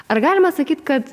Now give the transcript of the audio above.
ar galima sakyt kad